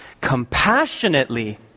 compassionately